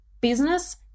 business